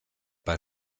bei